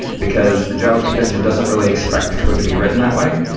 because the javascript engine doesn't really expect code to be written that way.